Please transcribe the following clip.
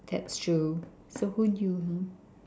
that's true so would you